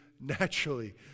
naturally